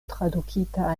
tradukita